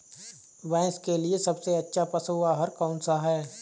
भैंस के लिए सबसे अच्छा पशु आहार कौन सा है?